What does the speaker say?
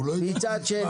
הוא לא הביא לך מספר.